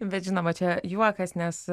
bet žinoma čia juokas nes